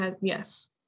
Yes